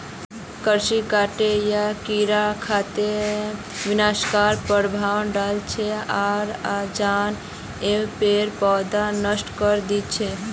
कृषि कीट या कीड़ा खेतत विनाशकारी प्रभाव डाल छेक आर अनाज एवं पेड़ पौधाक नष्ट करे दी छेक